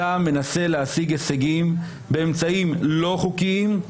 אתה מנסה להשיג הישגים באמצעים לא חוקיים,